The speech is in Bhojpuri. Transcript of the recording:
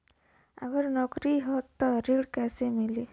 अगर नौकरी ह त ऋण कैसे मिली?